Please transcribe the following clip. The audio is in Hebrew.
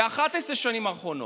ב-11 השנים האחרונות.